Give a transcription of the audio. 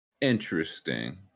Interesting